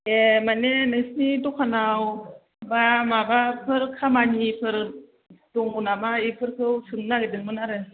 ए मानि नोंसिनि दखानाव बा माबाफोर खामानिफोर दङ नामा एफोरखौ सोंनो नागिरदोंमोन आरो